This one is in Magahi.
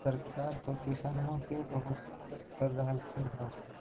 सरकार तो किसानमा के बहुते मदद कर रहल्खिन ह?